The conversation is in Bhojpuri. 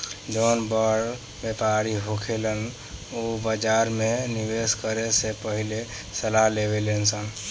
जौन बड़ व्यापारी होखेलन उ बाजार में निवेस करे से पहिले सलाह लेवेलन